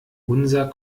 unser